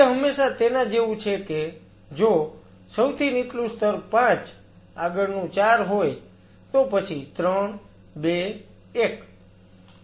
તે હંમેશા તેના જેવું છે કે જો સૌથી નીચલું સ્તર 5 આગળનું 4 હોય તો પછી 3 2 1